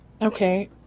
Okay